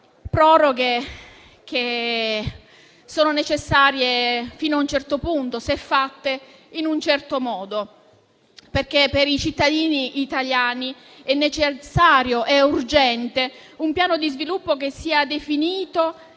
proroghe che sono necessarie fino a un certo punto se fatte in un certo modo. Per i cittadini italiani è infatti necessario e urgente un piano di sviluppo che sia definito